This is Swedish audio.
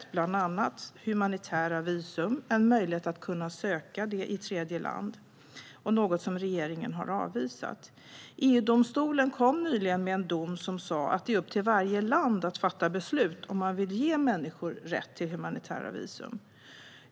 Vi har bland annat talat om humanitära visum och möjlighet att söka sådana i tredjeland, något som regeringen har avvisat. EU-domstolen kom nyligen med en dom som sa att det är upp till varje land att fatta beslut om man vill ge människor rätt till humanitära visum.